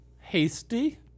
hasty